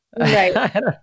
Right